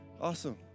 Awesome